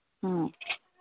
ꯑꯥ